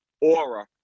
aura